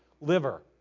liver